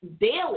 daily